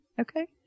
Okay